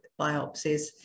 biopsies